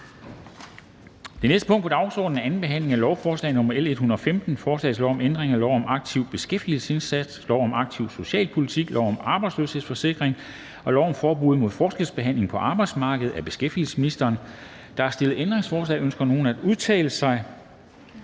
Det næste punkt på dagsordenen er: 10) 2. behandling af lovforslag nr. L 115: Forslag til lov om ændring af lov om en aktiv beskæftigelsesindsats, lov om aktiv socialpolitik, lov om arbejdsløshedsforsikring m.v. og lov om forbud mod forskelsbehandling på arbejdsmarkedet m.v. (Udmøntning af trepartsaftale om